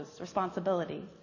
responsibility